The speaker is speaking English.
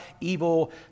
evil